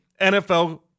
NFL